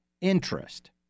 interest